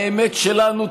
האמת שלנו תנצח.